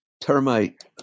termite